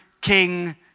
king